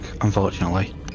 unfortunately